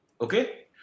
Okay